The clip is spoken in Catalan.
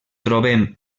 trobem